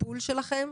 הטיפול שלכם,